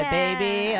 baby